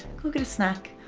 go get a snack.